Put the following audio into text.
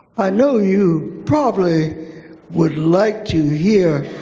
i know you probably would like to hear